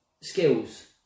skills